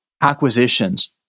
acquisitions